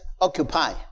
occupy